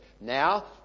Now